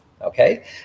okay